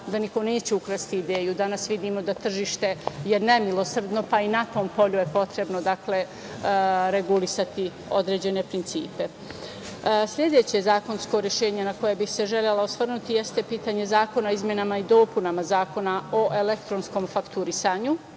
da niko neće ukrasti ideju. Danas vidimo da je tržište nemilosrdno, pa i na tom polju je potrebno regulisati određene principe. Sledeće zakonsko rešenje na koje bi se želela osvrnuti jeste pitanje zakona o izmenama i dopunama Zakon o elektronskom fakturisanju.